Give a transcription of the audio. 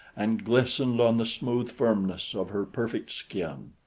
and glistened on the smooth firmness of her perfect skin.